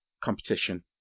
competition